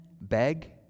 beg